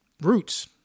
Roots